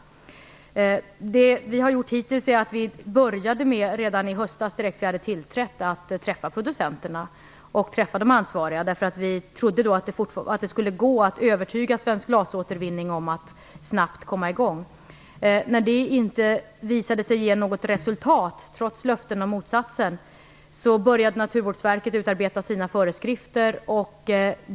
Redan i höstas, direkt efter att vi hade tillträtt, började vi att träffa producenterna och de ansvariga. Vi trodde att det skulle gå att övertyga Svensk glasåtervinning om att man snabbt skulle komma i gång. När detta inte gav något resultat, trots löften om motsatsen, började Naturvårdsverket att utarbeta sina föreskrifter.